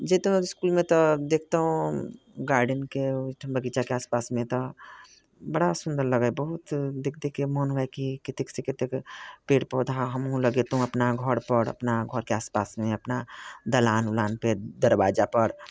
जयतहुँ इसकुलमे तऽ देखितहुँ गार्डनके ओहिठाम बगीचाके आस पासमे तऽ बड़ा सुन्दर लगय बहुत देखि देखि कऽ मोन हुए कि कतेकसँ कतेक पेड़ पौधा हमहूँ लगयतहुँ अपना घरपर अपना घरके आसपासमे अपना दलान उलानपर दरवज्जापर